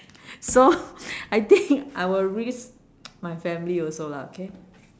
so I think I will risk my family also lah okay